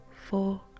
four